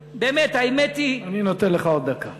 באמת, האמת היא, אני נותן לך עוד דקה.